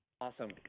Awesome